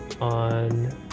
on